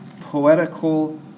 poetical